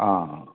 आं आं